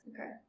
Okay